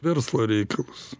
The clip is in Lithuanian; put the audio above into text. verslo reikalus